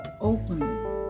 openly